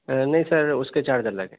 نہیں سر اُس کے چارج الگ ہیں